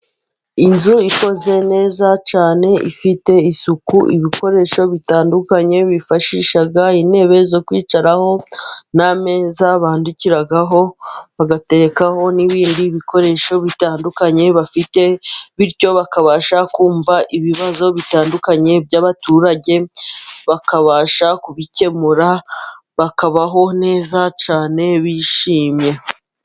Inzu ikoze neza cyane ifite isuku, ibikoresho bitandukanye bifashisha, intebe zo kwicaraho n'ameza bandukiraho bagatekaho, n'ibindi bikoresho bitandukanye bafite, bityo bakabasha kumva ibibazo bitandukanye by'abaturage, bakabasha kubikemura bakabaho neza cyane bishimye.